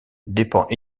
dépend